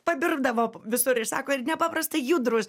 pabirdavo visur ir sako ir nepaprastai judrūs